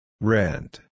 Rent